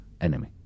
enemy